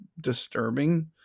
disturbing